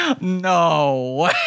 No